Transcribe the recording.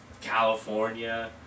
California